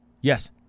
Yes